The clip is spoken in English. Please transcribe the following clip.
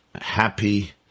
happy